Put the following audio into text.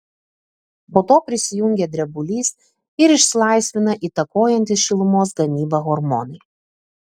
po to prisijungia drebulys ir išsilaisvina įtakojantys šilumos gamybą hormonai